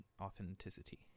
authenticity